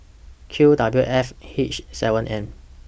Q W F H seven M